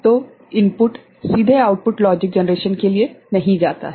तो इनपुट सीधे output logic generation के लिए नहीं जाता है